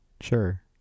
sure